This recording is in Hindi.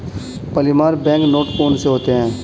पॉलीमर बैंक नोट कौन से होते हैं